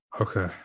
Okay